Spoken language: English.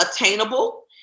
attainable